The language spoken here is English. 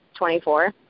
24